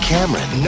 Cameron